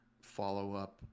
follow-up